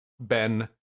Ben